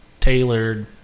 tailored